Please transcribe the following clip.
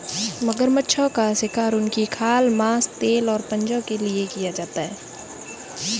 मगरमच्छों का शिकार उनकी खाल, मांस, तेल और पंजों के लिए किया जाता है